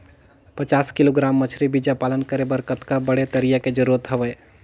पचास किलोग्राम मछरी बीजा पालन करे बर कतका बड़े तरिया के जरूरत हवय?